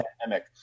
pandemic